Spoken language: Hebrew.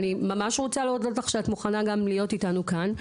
אני ממש רוצה להודות לך על כך שאת רוצה להיות איתנו כאן.